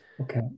Okay